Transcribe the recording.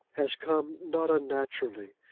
has come, not unnaturally,